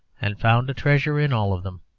and found a treasure in all of them.